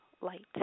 light